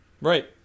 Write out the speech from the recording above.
Right